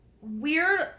weird